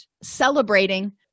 celebrating